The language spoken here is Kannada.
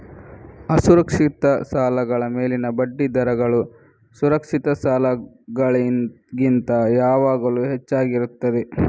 ಅಸುರಕ್ಷಿತ ಸಾಲಗಳ ಮೇಲಿನ ಬಡ್ಡಿ ದರಗಳು ಸುರಕ್ಷಿತ ಸಾಲಗಳಿಗಿಂತ ಯಾವಾಗಲೂ ಹೆಚ್ಚಾಗಿರುತ್ತದೆ